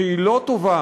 שהיא לא טובה,